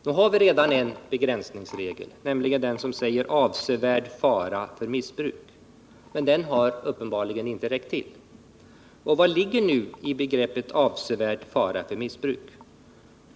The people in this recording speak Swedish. Nu har vi redan en begränsningsregel, nämligen den där det talas om ”avsevärd fara för missbruk”. Men den har uppenbarligen inte räckt till. Vad ligger nu i begreppet ”avsevärd fara för missbruk”?